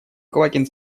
квакин